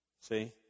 See